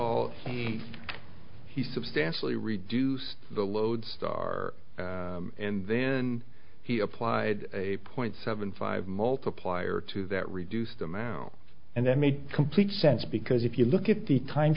all he he substantially reduce the load star and then he applied a point seven five multiplier to that reduced amount and that made complete sense because if you look at the time